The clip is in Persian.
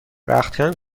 رختکن